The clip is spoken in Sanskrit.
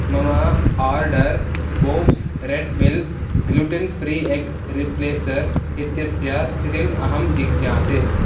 मम order Bob's red mill gluten free egg replacer इत्यस्य स्थितिम् अहं जिज्ञासे